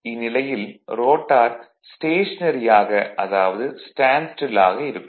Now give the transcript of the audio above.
இந்நிலையில் rotor stationary ஆக அதாவது ஸ்டேண்ட் ஸ்டில் ஆக இருக்கும்